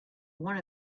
one